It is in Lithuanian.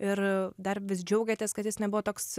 ir dar vis džiaugiatės kad jis nebuvo toks